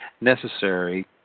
necessary